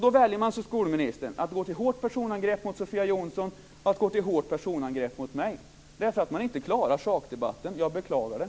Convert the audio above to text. Då väljer man, som skolministern, att gå till hårt personangrepp mot Sofia Jonsson och mot mig därför att man inte klarar sakdebatten. Jag beklagar det.